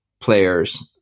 players